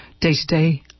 day-to-day